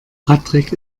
patrick